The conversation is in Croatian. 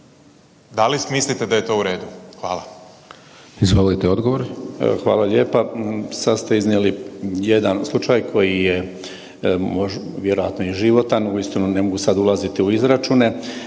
hvala lijepa. **Zrinušić, Zdravko** Evo hvala lijepa. Sad ste iznijeli jedan slučaj koji je vjerojatno i životan, uistinu ne mogu sad ulaziti u izračune,